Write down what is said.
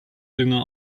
dünger